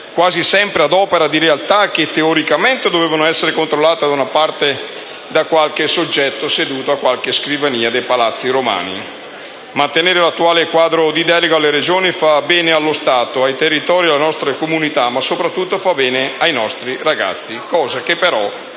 quasi sempre ad opera di realtà che teoricamente dovevano essere controllate da qualche soggetto seduto a qualche scrivania dei palazzi romani. Mantenere l'attuale quadro di delega alle Regioni fa bene allo Stato, ai territori della nostra comunità, ma soprattutto fa bene ai nostri ragazzi, ma tutto